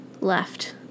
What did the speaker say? left